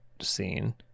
scene